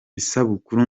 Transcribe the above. isabukuru